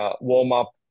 warm-up